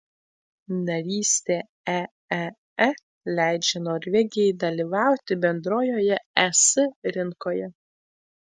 narystė eee leidžia norvegijai dalyvauti bendrojoje es rinkoje